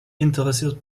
interessiert